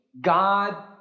God